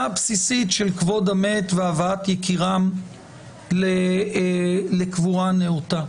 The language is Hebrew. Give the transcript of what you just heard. הבסיסית של כבוד המת והבאת יקירם לקבורה נאותה.